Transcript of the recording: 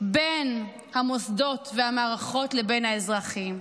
בין המוסדות והמערכות לבין האזרחים.